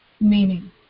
meaning